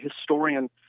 historian